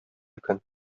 көн